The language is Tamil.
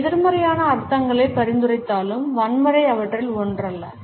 இது எதிர்மறையான அர்த்தங்களை பரிந்துரைத்தாலும் வன்முறை அவற்றில் ஒன்றல்ல